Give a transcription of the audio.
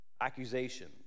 accusation